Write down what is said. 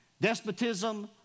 despotism